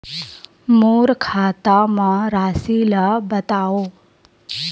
मोर खाता म राशि ल बताओ?